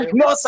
no